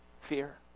Fear